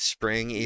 Spring